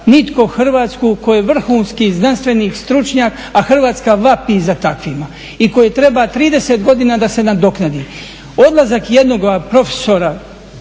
nitko Hrvatsku u kojoj vrhunski znanstveni stručnjak, a Hrvatska vapi za takvima i koje treba 30 godina da se nadoknadi. Odlazak jednoga profesora